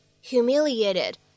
humiliated